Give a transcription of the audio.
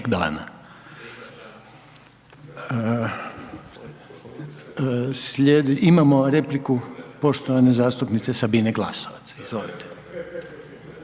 dana. Imamo repliku, poštovane zastupnice Sabine Glasova, izvolite.